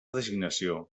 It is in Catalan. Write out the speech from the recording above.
designació